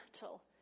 battle